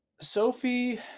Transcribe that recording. Sophie